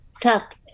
talk